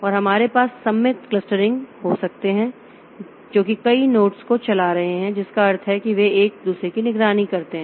और हमारे पास सममित क्लस्टरिंग हो सकते हैं जो कि कई नोड्स को चला रहे हैं जिसका अर्थ है कि वे एक दूसरे की निगरानी करते हैं